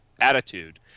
attitude